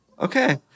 okay